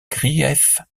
griefs